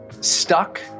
stuck